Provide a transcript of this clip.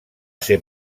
ser